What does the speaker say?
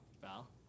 Val